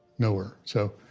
nowhere, so,